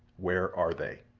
where are they?